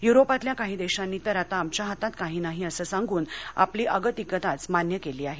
युरोपातल्या काही देशांनी तर आता आमच्या हातात काही नाही असं सांगून आपली अगतिकताच मान्य केली आहे